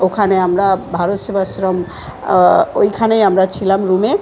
ওখানে আমরা ভারত সেবাশ্রম ওইখানেই আমরা ছিলাম রুমে